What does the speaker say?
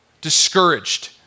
discouraged